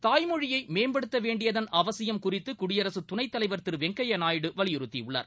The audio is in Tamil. தாய்மொழியைமேம்படுத்தவேண்டியதன் அவசியம் குறித்துகுடியரசுதுணைதலைவர் திருவெங்கையாநாயுடு வலியுறுத்தியுள்ளார்